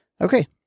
Okay